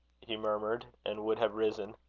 he murmured, and would have risen.